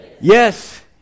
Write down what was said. Yes